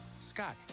Scott